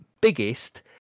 biggest